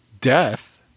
death